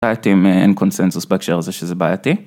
בעייתי אם אין קונסנזוס בהקשר הזה שזה בעייתי.